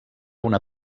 una